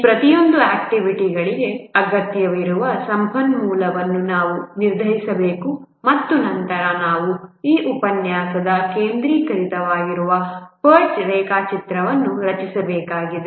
ಈ ಪ್ರತಿಯೊಂದು ಆಕ್ಟಿವಿಟಿಗಳಿಗೆ ಅಗತ್ಯವಿರುವ ಸಂಪನ್ಮೂಲವನ್ನು ನಾವು ನಿರ್ಧರಿಸಬೇಕು ಮತ್ತು ನಂತರ ನಾವು ಈ ಉಪನ್ಯಾಸದ ಕೇಂದ್ರೀಕೃತವಾಗಿರುವ PERT ರೇಖಾಚಿತ್ರವನ್ನು ರಚಿಸಬೇಕಾಗಿದೆ